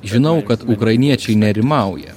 žinau kad ukrainiečiai nerimauja